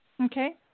Okay